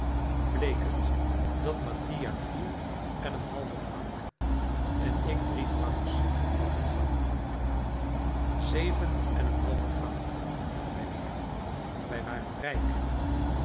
bleek het dat mattia vier en een halven franc en ik drie francs had ontvangen zeven en een halven franc hadden wij weer wij waren rijk